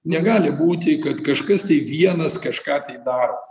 negali būti kad kažkas tai vienas kažką tai daro